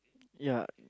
ya